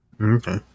Okay